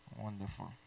Wonderful